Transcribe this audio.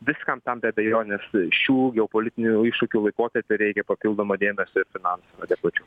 viskam tam be abejonės šių geopolitinių iššūkių laikotarpiu reikia papildomo dėmesio ir finansų adekvačių